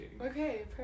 Okay